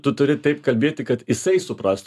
tu turi taip kalbėti kad jisai suprastų